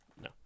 No